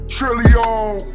Trillion